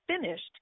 finished